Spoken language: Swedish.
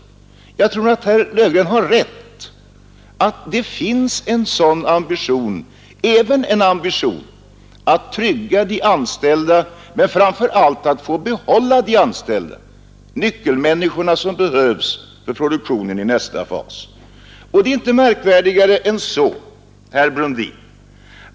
Jag tror att herr Löfgren har rätt i att det finns en sådan ambition, även en ambition att trygga anställningen för de anställda men framför allt att få behålla de nyckelmänniskor som krävs för produktionen i nästa fas. Det är inte märkvärdigare än så, herr Brundin.